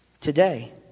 today